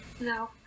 no